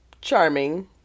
charming